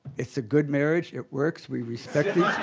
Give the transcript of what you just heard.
it's a good marriage, it works, we respect